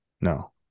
No